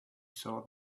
saw